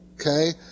Okay